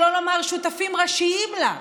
שלא לומר שותפים ראשיים לה?